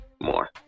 more